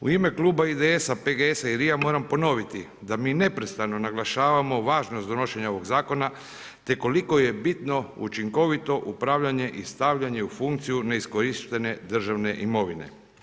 U ime IDS, PGS, RI-a moram ponoviti da mi neprestano naglašavamo važnost donošenja ovog zakona te koliko je bitno učinkovito upravljanje i stavljanje u funkciju neiskorištene državne imovine.